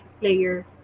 player